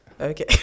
okay